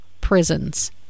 prisons